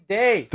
day